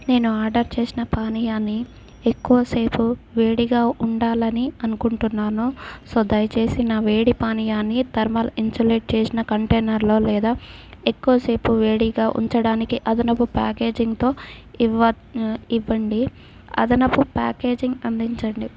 నేను ఆర్డర్ చేసిన పానీయాని ఎక్కువసేపు వేడిగా ఉండాలని అనుకుంటున్నాను సో దయచేసి నా వేడి పానీయాని థర్మల్ ఇన్సులేట్ చేసిన కంటైనర్లో లేదా ఎక్కువసేపు వేడిగా ఉంచడానికి అదనపు ప్యాకేజింగ్తో ఇవ్వ ఇవ్వండి అదనపు ప్యాకేజింగ్ అందించండి